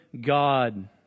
God